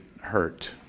hurt